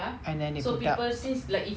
and then they build up